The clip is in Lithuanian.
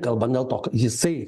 kalbant dėl to jisai